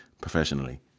professionally